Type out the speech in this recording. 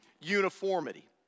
uniformity